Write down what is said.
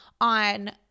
on